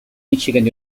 michigan